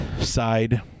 side